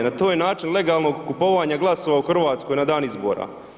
Znači to je način legalnog kupovanja glasova u Hrvatskoj na dan izbora.